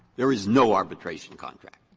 there is no arbitration contract.